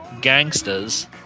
gangsters